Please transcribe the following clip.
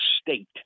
State